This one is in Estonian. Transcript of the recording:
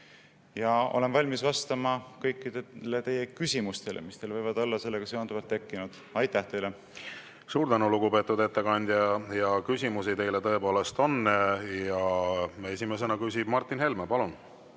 Olen valmis vastama kõikidele teie küsimustele, mis teil võivad olla sellega seonduvalt tekkinud. Aitäh teile! Suur tänu, lugupeetud ettekandja! Küsimusi teile tõepoolest on. Esimesena küsib Martin Helme. Palun!